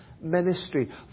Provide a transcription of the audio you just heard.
ministry